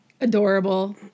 Adorable